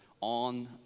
on